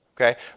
Okay